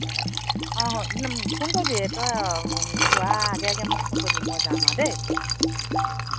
বেয়া পায় অ' ফোন কৰিবি তই যোৱা আগে আগে মোক ফোন কৰিবি মই যাম আ দেই